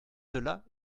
cela